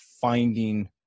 finding